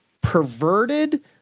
perverted